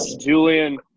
Julian